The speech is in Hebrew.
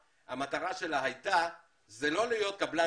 המטרה שלה בהקמתה הייתה לא להיות קבלן